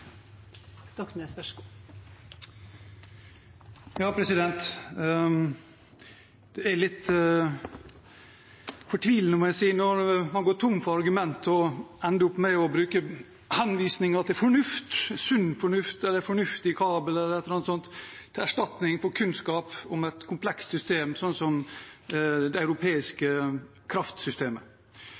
Det er litt fortvilende, må jeg si, når man går tom for argumenter og ender opp med å bruke henvisninger til fornuft, sunn fornuft, fornuftig kabel eller et eller annet sånt – til erstatning for kunnskap om et komplekst system som det europeiske kraftsystemet.